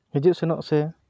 ᱦᱤᱡᱩᱜ ᱥᱮᱱᱚᱜ ᱥᱮ